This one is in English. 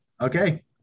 Okay